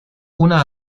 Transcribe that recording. una